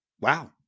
Wow